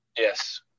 Yes